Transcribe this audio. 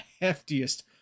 heftiest